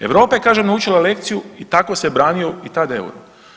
Europa je kažem naučila lekciju i tako se branio i tad euro.